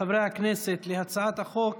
חברי הכנסת, להצעת החוק